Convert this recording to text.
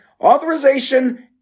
Authorization